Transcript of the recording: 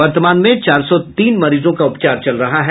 वर्तमान में चार सौ तीन मरीजों का उपचार चल रहा है